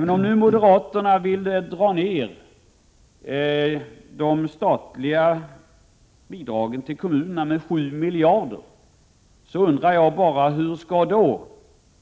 Men om nu moderaterna vill dra ner de statliga bidragen till kommunerna med 7 miljarder kronor, så undrar jag bara: Hur skall